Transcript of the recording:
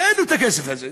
אין לו הכסף הזה,